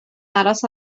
aros